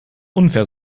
unfair